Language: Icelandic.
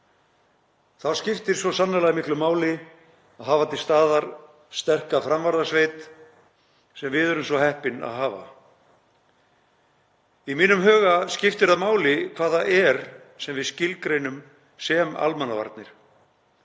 Þá skiptir svo sannarlega miklu máli að hafa til staðar sterka framvarðasveit sem við erum svo heppin að hafa. Í mínum huga skiptir það máli hvað það er sem við skilgreinum sem almannavarnir.